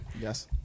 Yes